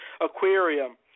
aquarium